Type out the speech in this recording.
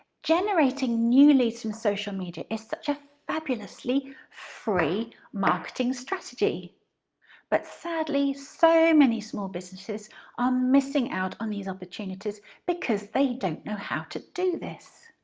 generating new leads from social media is such a fabulously free marketing strategy but sadly so many small businesses are missing out on these opportunities because they don't know how to do this.